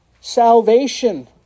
salvation